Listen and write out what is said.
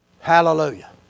Hallelujah